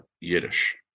Yiddish